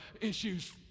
issues